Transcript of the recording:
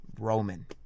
Roman